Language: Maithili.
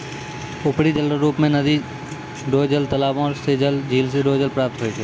उपरी जलरो रुप मे नदी रो जल, तालाबो रो जल, झिल रो जल प्राप्त होय छै